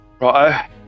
Right